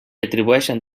atribueixen